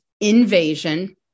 invasion